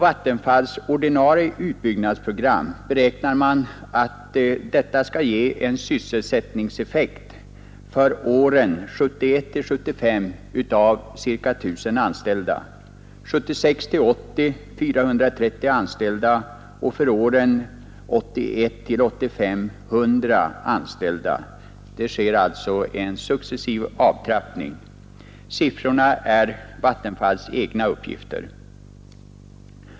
Vattenfalls ordinarie utbyggnadsprogram kan beräknas ge en sysselsättningseffekt för åren 1971—1975 av ca 1 000 anställda, 1976-1980 ca 430 anställda och för åren 1981—1985 ca 100 anställda, detta enligt Vattenfalls egna uppgifter. Det sker alltså en successiv avtrappning.